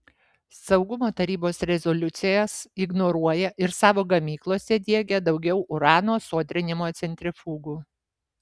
saugumo tarybos rezoliucijas ignoruoja ir savo gamyklose diegia daugiau urano sodrinimo centrifugų